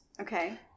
Okay